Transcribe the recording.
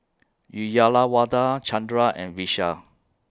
Uyyalawada Chandra and Vishal